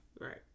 Right